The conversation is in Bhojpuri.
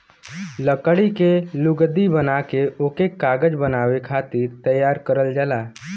लकड़ी के लुगदी बना के ओके कागज बनावे खातिर तैयार करल जाला